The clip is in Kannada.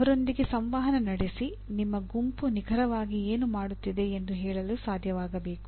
ಅವರೊಂದಿಗೆ ಸಂವಹನ ನಡೆಸಿ ನಿಮ್ಮ ಗುಂಪು ನಿಖರವಾಗಿ ಏನು ಮಾಡುತ್ತಿದೆ ಎಂದು ಹೆೇಳಲು ಸಾಧ್ಯವಾಗುಬೇಕು